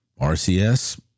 RCS